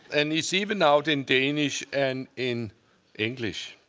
and it's even out in danish and in english.